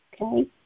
Okay